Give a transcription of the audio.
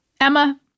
Emma